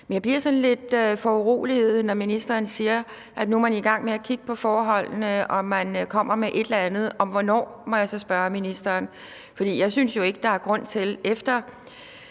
jeg bliver sådan lidt foruroliget, når ministeren siger, at man nu er i gang med at kigge på forholdene, og at man kommer med et eller andet – hvornår? må jeg så spørge ministeren. Jeg synes jo ikke, der er grund til at